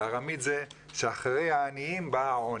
בארמית זה שאחרי העניים בא העוני,